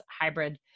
hybrid